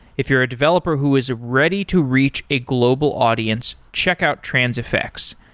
if you're a developer who is ready to reach a global audience, check out transifex.